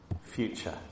future